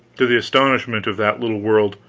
to the astonishment of that little world,